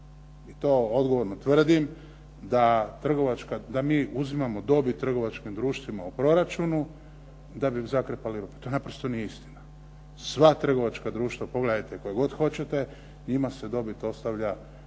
i to odgovorno tvrdim, da mi uzimamo dobit trgovačkim društvima u proračunu da bi im zakrpali rupu. To naprosto nije istina. Sva trgovačka društva pogledajte koja god hoćete njima se dobit ostavlja